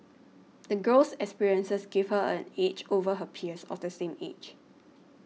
the girl's experiences gave her an edge over her peers of the same age